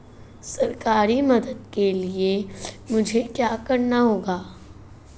सरकारी मदद के लिए मुझे क्या करना होगा?